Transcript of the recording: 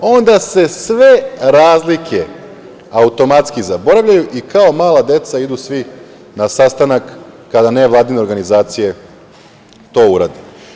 Onda se sve razlike automatski zaboravljaju i kao mala deca idu svi na sastanak kada nevladine organizacije to urade.